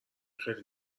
خیلی